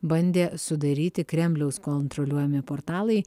bandė sudaryti kremliaus kontroliuojami portalai